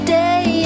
day